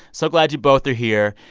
so glad you both are here.